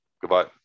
Goodbye